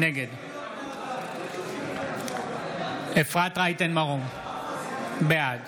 נגד אפרת רייטן מרום, בעד